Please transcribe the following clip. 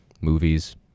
movies